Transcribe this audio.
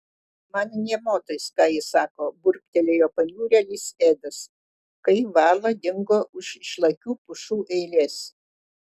man nė motais ką ji sako burbtelėjo paniurėlis edas kai vala dingo už išlakių pušų eilės